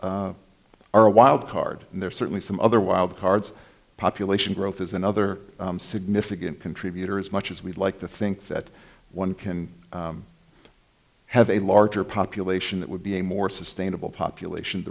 centers are a wild card and there are certainly some other wild cards population growth is another significant contributor as much as we'd like to think that one can have a larger population that would be a more sustainable population